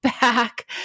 back